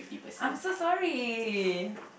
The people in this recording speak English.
I'm so sorry